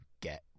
get